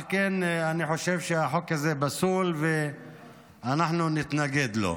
על כן אני חושב שהחוק הזה פסול, ואנחנו נתנגד לו.